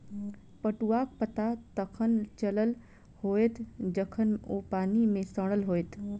पटुआक पता तखन चलल होयत जखन ओ पानि मे सड़ल होयत